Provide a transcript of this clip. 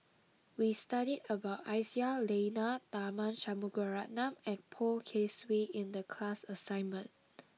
we studied about Aisyah Lyana Tharman Shanmugaratnam and Poh Kay Swee in the class assignment